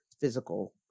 physical